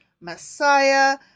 Messiah